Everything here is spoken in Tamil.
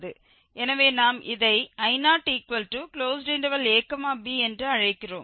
எனவே நாம் இதை I0ab என்று அழைக்கிறோம்